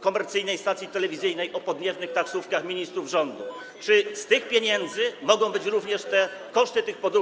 komercyjnej stacji telewizyjnej o podniebnych taksówkach ministrów rządu, czy z tych pieniędzy mogą być również pokrywane koszty tych podróży.